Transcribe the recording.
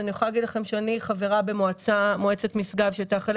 אני יכולה להגיד לכם שאני חברה במועצת משגב שהייתה חלק